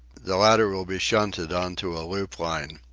the latter will be shunted on to a loopline.